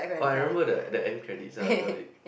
oh I remembered the end credits I love it